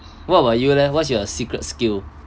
what about you leh what's your secret skill